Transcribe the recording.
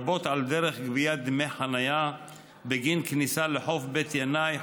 לרבות על דרך גביית דמי חניה בגין כניסה לחוף בית ינאי,